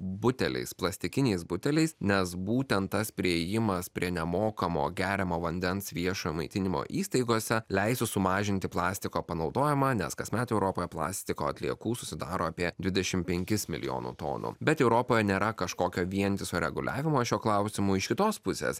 buteliais plastikiniais buteliais nes būtent tas priėjimas prie nemokamo geriamo vandens viešojo maitinimo įstaigose leistų sumažinti plastiko panaudojimą nes kasmet europoje plastiko atliekų susidaro apie dvidešimt penkis milijonų tonų bet europoje nėra kažkokio vientiso reguliavimo šiuo klausimu iš kitos pusės